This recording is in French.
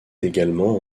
également